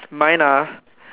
mine ah